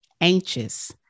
anxious